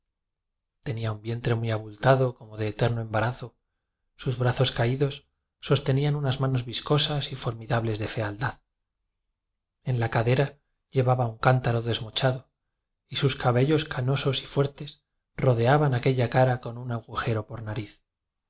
tenía un vientre muy abultado como de eterno embarazo sus brazos caídos soste nían unas manos viscosas y formidables de fealdad en la cadera llevaba un cántaro desmochado y sus cabellos canosos y fuer tes rodeaban aquella cara con un agujero por nariz